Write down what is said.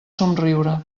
somriure